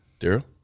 Daryl